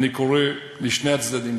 אני קורא לשני הצדדים,